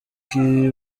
iki